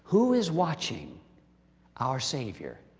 who is watching our savior.